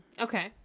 Okay